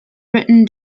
written